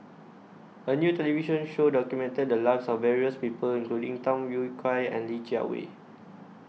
A New television Show documented The Lives of various People including Tham Yui Kai and Li Jiawei